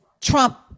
trump